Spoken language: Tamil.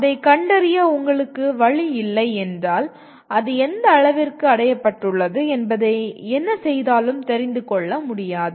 அதை கண்டறிய உங்களுக்கு வழி இல்லை என்றால் அது எந்த அளவிற்கு அடையப்பட்டுள்ளது என்பதை என்ன செய்தாலும் தெரிந்து கொள்ள முடியாது